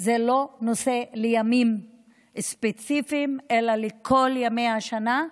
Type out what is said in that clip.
זה לא נושא לימים ספציפיים אלא לכל ימי השנה,